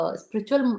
spiritual